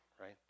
right